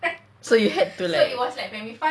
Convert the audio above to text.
so you had to like